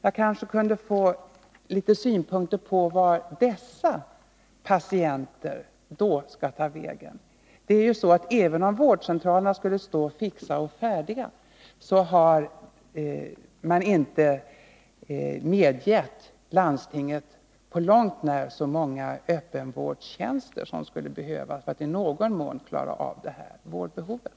Jag kanske kunde få några synpunkter på vart de patienterna då skall ta vägen! Även om vårdcentralerna stod fixa och färdiga skulle de inte kunna tillgodose det här vårdbehovet — man har inte medgivit landstinget på långt när så många öppenvårdstjänster som skulle krävas för det.